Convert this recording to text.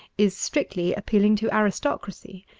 is strictly appealing to aristocracy.